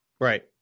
Right